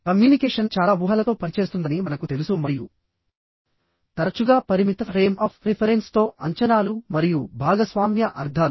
communication చాలా ఊహలతో పనిచేస్తుందని మనకు తెలుసు మరియు తరచుగా పరిమిత ఫ్రేమ్ ఆఫ్ రిఫరెన్స్తో అంచనాలు మరియు భాగస్వామ్య అర్థాలు